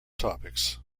topics